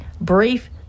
brief